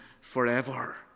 forever